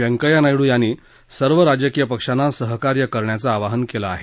वेंकय्या नायडू यांनी सर्व राजकीय पक्षांना सहकार्य करण्याचं आवाहन केलं आहे